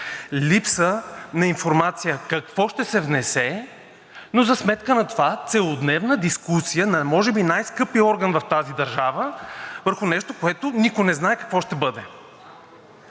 липса на информация какво ще се внесе, но за сметка на това целодневна дискусия на може би най-скъпия орган в тази държава върху нещо, което никой не знае какво ще бъде?!